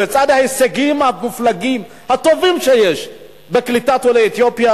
בצד ההישגים המופלגים הטובים שיש בקליטת עולי אתיופיה,